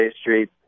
Street